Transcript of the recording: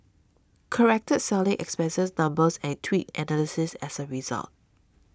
corrected selling expenses numbers and tweaked analyses as a result